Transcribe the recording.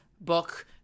book